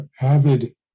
avid